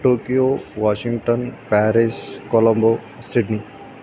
Tokyo Washington Paris Colombo Sydney